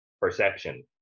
perception